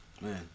man